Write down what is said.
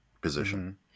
position